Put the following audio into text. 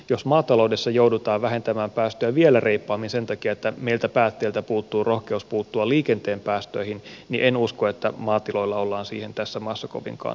jos maataloudessa joudutaan vähentämään päästöjä vielä reippaammin sen takia että meiltä päättäjiltä puuttuu rohkeus puuttua liikenteen päästöihin niin en usko että maatiloilla ollaan siihen tässä maassa kovinkaan tyytyväisiä